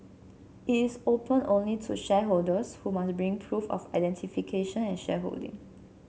it is open only to shareholders who must bring proof of identification and shareholding